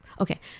okay